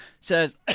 Says